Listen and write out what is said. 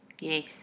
Yes